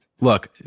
look